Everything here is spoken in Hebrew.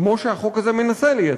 כמו שהחוק הזה מנסה לייצר,